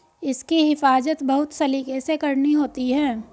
इसकी हिफाज़त बहुत सलीके से करनी होती है